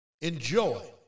Enjoy